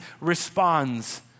responds